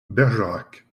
bergerac